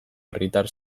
herritar